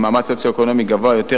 ממעמד סוציו-אקונומי גבוה יותר,